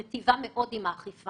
היא מיטיבה מאוד עם האכיפה.